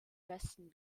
westen